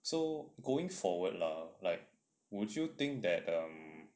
so going forward lah like would you think that um